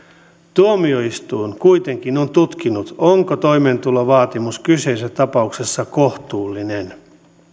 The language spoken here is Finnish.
tuomioistuin kuitenkin on tutkinut onko toimeentulovaatimus kyseisessä tapauksessa kohtuullinen